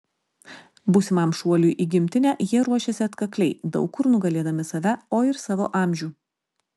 būsimam šuoliui į gimtinę jie ruošėsi atkakliai daug kur nugalėdami save o ir savo amžių